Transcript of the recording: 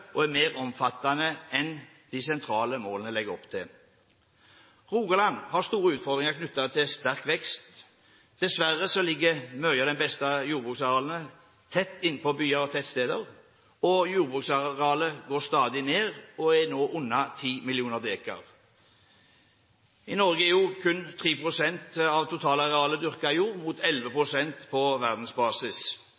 og er mer omfattende enn det de sentrale målene legger opp til. Rogaland har store utfordringer knyttet til sterk vekst. Dessverre ligger mye av de beste jordbruksarealene tett inntil byer og tettsteder. Jordbruksarealet går stadig ned og er nå under 10 millioner dekar. I Norge er kun 3 pst. av totalarealet dyrket jord, mot